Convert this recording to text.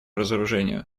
разоружению